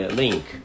link